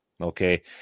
okay